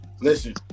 listen